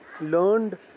learned